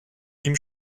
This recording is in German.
ihm